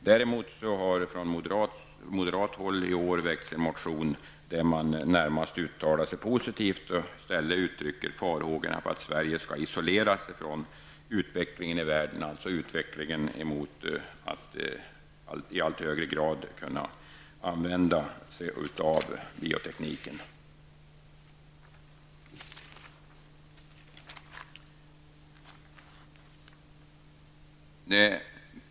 Däremot har från moderat håll i år väckts en motion där man närmast uttalar sig positivt och i stället uttrycker farhågor för att Sverige skulle isolera sig från utvecklingen i världen, alltså utvecklingen mot att i allt högre grad använda sig av bioteknik.